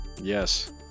Yes